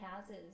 houses